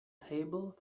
table